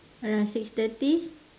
around six thirty